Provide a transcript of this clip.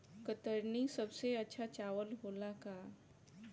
कतरनी सबसे अच्छा चावल होला का?